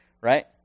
right